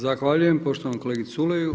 Zahvaljujem poštovanom kolegi Culeju.